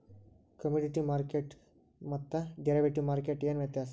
Commodity ಮಾರ್ಕೆಟ್ಗು ಮತ್ತ derivative ಮಾರ್ಕೆಟ್ಗು ಏನ್ ವ್ಯತ್ಯಾಸದ?